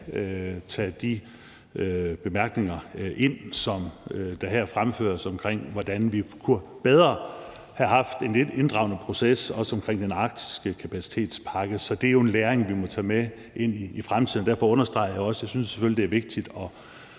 tage de bemærkninger ind, som der her fremføres omkring, hvordan vi bedre kunne have haft en lidt inddragende proces også omkring den Arktiskapacitetspakke. Så det er jo en læring, vi må tage med ind i fremtiden, og derfor understreger jeg også, at jeg selvfølgelig synes, det er vigtigt, at